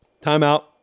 Timeout